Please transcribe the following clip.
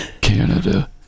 Canada